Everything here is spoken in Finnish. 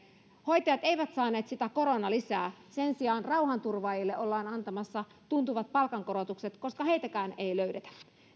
hoitajat eivät saaneet sitä koronalisää sen sijaan rauhanturvaajille ollaan antamassa tuntuvat palkankorotukset koska heitäkään ei löydetä